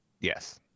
Yes